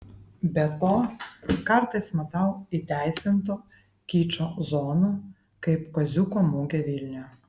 be to kartais matau įteisinto kičo zonų kaip kaziuko mugė vilniuje